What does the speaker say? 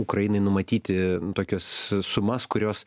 ukrainai numatyti tokius sumas kurios